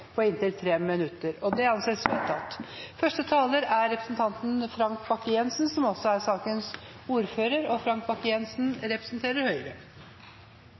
på inntil 3 minutter. – Det anses vedtatt. Første taler er representanten Sverre Myrli, som nå fungerer som ordfører for saken. E18 er